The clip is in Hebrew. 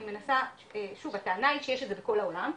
אני מנסה שוב הטענה היא שיש את זה בכל העולם,